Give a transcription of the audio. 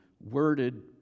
worded